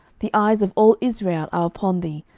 the eyes of all israel are upon thee,